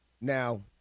Now